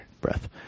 breath